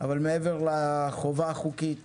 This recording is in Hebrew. אבל מעבר לחובה החוקית